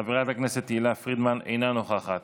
חברת הכנסת תהלה פרידמן, אינה נוכחת,